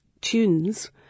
tunes